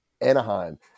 Anaheim